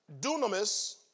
dunamis